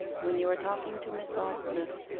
when you are talking to miss aldclyffe,